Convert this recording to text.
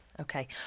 Okay